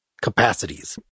capacities